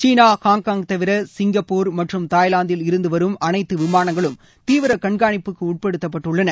சீனா Hong Kong தவிர Singapore மற்றும் தாய்லாந்தில் இருந்து வரும் அனைத்து விமானங்களும் தீவிர கண்காணிப்புக்கு உட்படுத்தப்பட்டுள்ளன